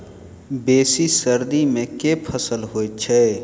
बेसी सर्दी मे केँ फसल होइ छै?